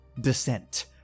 Descent